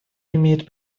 имеет